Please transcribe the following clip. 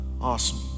Awesome